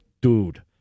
dude